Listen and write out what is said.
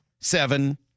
seven